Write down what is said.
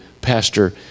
Pastor